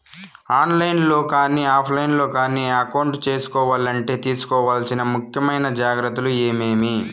On line లో కానీ offline లో కానీ అకౌంట్ సేసుకోవాలంటే తీసుకోవాల్సిన ముఖ్యమైన జాగ్రత్తలు ఏమేమి?